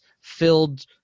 filled –